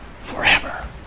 Forever